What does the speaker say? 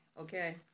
okay